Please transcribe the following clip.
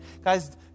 Guys